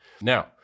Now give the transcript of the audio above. Now